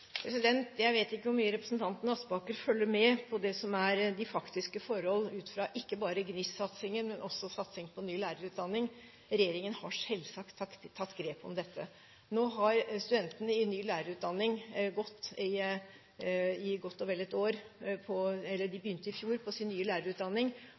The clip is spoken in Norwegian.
Jeg vet ikke hvor mye representanten Aspaker følger med på de faktiske forhold – ut fra ikke bare GNIST-satsingen, men også satsingen på ny lærerutdanning. Regjeringen har selvsagt tatt grep om dette. Nå har studentene i ny lærerutdanning gått i godt og vel ett år; de begynte i fjor på